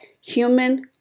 human